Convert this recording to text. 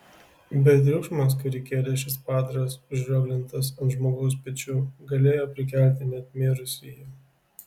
bet triukšmas kurį kėlė šis padaras užrioglintas ant žmogaus pečių galėjo prikelti net mirusįjį